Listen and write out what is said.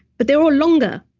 but they will longer.